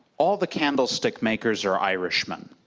all the candlestick makers are irishmen.